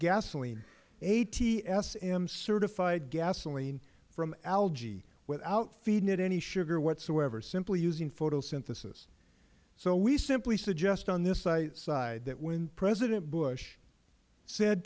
gasoline atsm certified gasoline from algae without feeding it any sugar whatsoever simply using photosynthesis so we simply suggest on this side that when president bush said